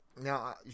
Now